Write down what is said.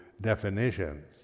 definitions